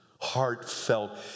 heartfelt